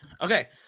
Okay